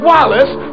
Wallace